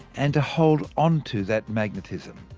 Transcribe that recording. and to hold onto that magnetism.